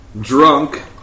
drunk